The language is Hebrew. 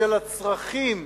של הצרכים